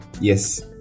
yes